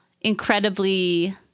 incredibly